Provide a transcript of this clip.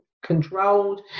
controlled